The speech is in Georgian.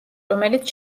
რომელიც